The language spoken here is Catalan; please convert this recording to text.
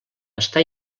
està